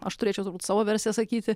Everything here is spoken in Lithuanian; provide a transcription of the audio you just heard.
aš turėčiau būti savo versiją sakyti